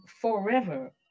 forever